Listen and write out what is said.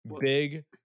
Big